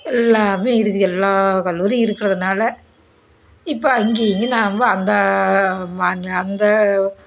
எல்லாமே இருக்குது எல்லா கல்லூரியும் இருக்கிறதுனால இப்போ அங்கேயும் இங்கேயும் நாம் அந்த அந்த